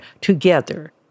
together